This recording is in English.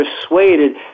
persuaded